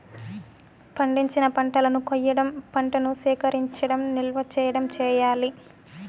పండించిన పంటలను కొయ్యడం, పంటను సేకరించడం, నిల్వ చేయడం చెయ్యాలి